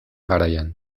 garaian